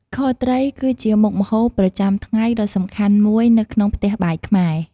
ខត្រីគឺជាមុខម្ហូបប្រចាំថ្ងៃដ៏សំខាន់មួយនៅក្នុងផ្ទះបាយខ្មែរ។